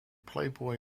playboy